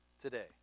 today